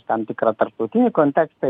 tam tikrą tarptautinį kontekstą